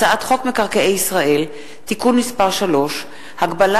הצעת חוק מקרקעי ישראל (תיקון מס' 3) (הגבלה